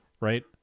right